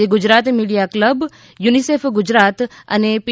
આજે Gujarat media club UNICEF Gujarat અને પી